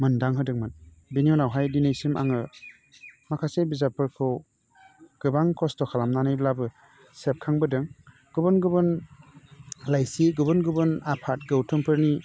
मोनदां होदोंमोन बेनि उनावहाय दिनैसिम आङो माखासे बिजाबफोरखौ गोबां खस्थ' खालामनानैब्लाबो सेबखांबोदों गुबुन गुबुन लाइसि गुबुन गुबुन आफाद गौथुमफोरनि